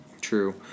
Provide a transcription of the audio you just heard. True